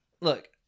look